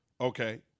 Okay